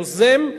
היוזם,